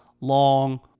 long